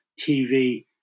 TV